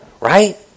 Right